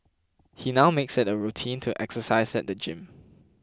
he now makes it a routine to exercise at the gym